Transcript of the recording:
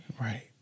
Right